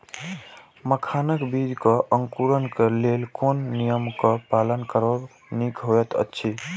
मखानक बीज़ क अंकुरन क लेल कोन नियम क पालन करब निक होयत अछि?